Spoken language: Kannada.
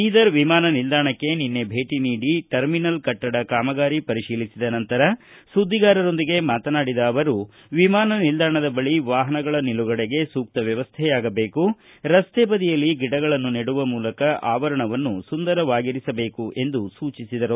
ಬೀದರ್ ವಿಮಾನ ನಿಲ್ದಾಣಕ್ಕೆ ನಿನ್ನೆ ಭೇಟಿ ನೀಡಿ ಟರ್ಮಿನಲ್ ಕಟ್ಟಡ ಕಾಮಗಾರಿ ಪರಿಶೀಲಿಸಿದ ನಂತರ ಸುದ್ದಿಗಾರರೊಂದಿಗೆ ಮಾತನಾಡಿದ ಅವರು ವಿಮಾನ ನಿಲ್ವಾಣದ ಬಳಿ ವಾಹನಗಳ ನಿಲುಗಡೆಗೆ ಸೂಕ್ತ ವ್ಯವಸ್ಥೆಯಾಗಬೇಕು ರಸ್ತೆಬದಿಯಲ್ಲಿ ಗಿಡಗಳನ್ನು ನೆಡುವ ಮೂಲಕ ಆವರಣವನ್ನು ಸುಂದರವಾಗಿರಿಸಬೇಕು ಎಂದು ಸೂಚಿಸಿದರು